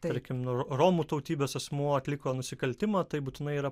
tarkim nu romų tautybės asmuo atliko nusikaltimą tai būtinai yra